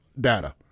data